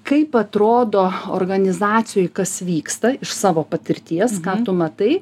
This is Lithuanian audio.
kaip atrodo organizacijoj kas vyksta iš savo patirties ką tu matai